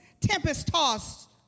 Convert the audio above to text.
tempest-tossed